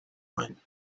mine